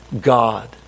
God